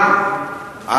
גם את,